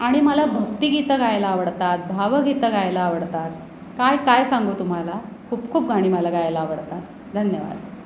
आणि मला भक्तीगीतं गायला आवडतात भावगीतं गायला आवडतात काय काय सांगू तुम्हाला खूप खूप गाणी मला गायला आवडतात धन्यवाद